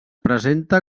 presenta